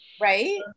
Right